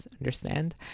understand